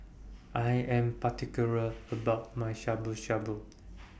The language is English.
I Am particular about My Shabu Shabu